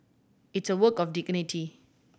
it's a work of dignity